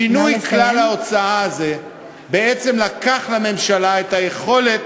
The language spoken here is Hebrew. שינוי כלל ההוצאה הזה בעצם לקח לממשלה את היכולת